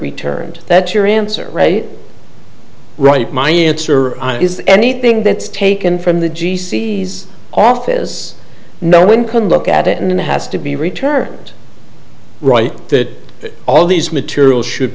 returned that your answer right my answer is anything that's taken from the g c s office no one can look at it and it has to be returned right that all these material should